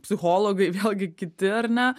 psichologai vėlgi kiti ar ne